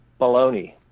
baloney